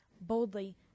boldly